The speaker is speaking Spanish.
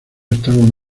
están